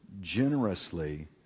generously